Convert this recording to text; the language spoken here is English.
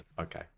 Okay